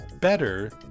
better